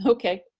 okay.